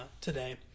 today